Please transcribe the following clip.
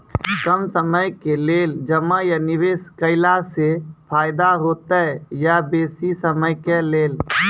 कम समय के लेल जमा या निवेश केलासॅ फायदा हेते या बेसी समय के लेल?